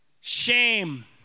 Shame